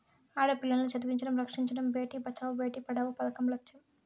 ఆడపిల్లల్ని చదివించడం, రక్షించడమే భేటీ బచావో బేటీ పడావో పదకం లచ్చెం